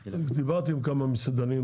אני דיברתי עם כמה מסעדנים,